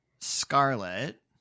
Scarlet